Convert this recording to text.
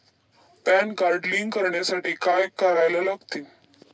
Pan card link करण्यासाठी काय करायला लागते?